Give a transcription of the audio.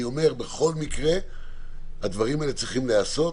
אני אומר, בכל מקרה הדברים האלה צריכים להיעשות